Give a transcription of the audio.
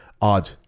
odd